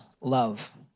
Love